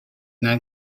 now